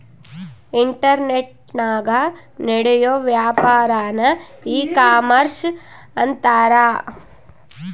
ಇಂಟರ್ನೆಟನಾಗ ನಡಿಯೋ ವ್ಯಾಪಾರನ್ನ ಈ ಕಾಮರ್ಷ ಅಂತಾರ